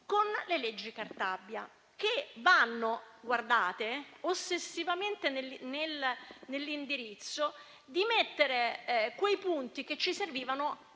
con le leggi Cartabia, che - guardate - andavano ossessivamente nell'indirizzo di mettere i punti che ci servivano